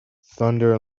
thunder